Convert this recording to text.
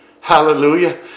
hallelujah